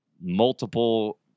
multiple